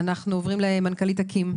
מנכ"לית אקי"ם,